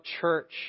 church